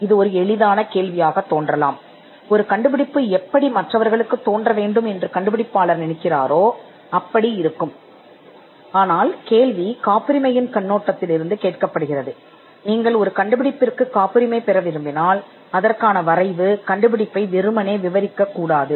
இது ஒரு எளிய கேள்வி போல் தோன்றலாம் ஒரு கண்டுபிடிப்பு எப்படி இருக்கும் என்பதைக் காண்பிக்கும் ஆனால் கேள்வி ஒரு காப்புரிமை கண்ணோட்டத்தில் உள்ளது நீங்கள் ஒரு கண்டுபிடிப்புக்கு காப்புரிமை பெறும்போது காப்புரிமை வரைவின் பொருள் கண்டுபிடிப்பை வெறுமனே விவரிக்கக் கூடாது